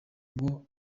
ngo